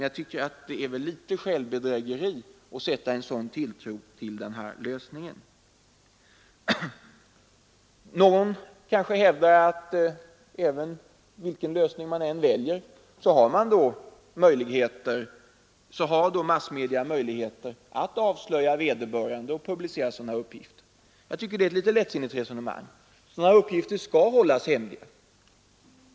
Jag tycker att det är litet av självbedrägeri att sätta tilltro till en sådan lösning. Någon kanske hävdar att vilken lösning man än väljer så har massmedierna möjligheter att avslöja vederbörande och publicera uppgifter. Det tycker jag är ett litet lättvindigt resonemang. Sådana uppgifter som det här är fråga om skall hållas hemliga.